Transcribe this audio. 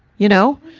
you know?